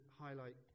highlight